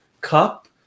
Cup